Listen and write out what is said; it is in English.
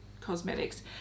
Cosmetics